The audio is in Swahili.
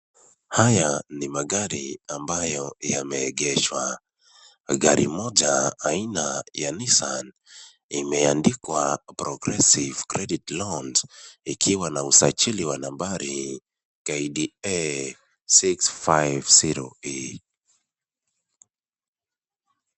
Haya ni magari ambayo yameegeshwa. Gari moja aina ya Nissan, imeandikwa progressive credit loans , ikiwa na usajili wa nambari KDA 650E.